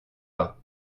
pas